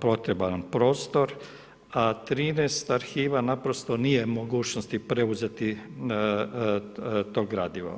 potreban prostor a 13 arhiva naprosto nije u mogućnosti preuzeti to gradivo.